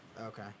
Okay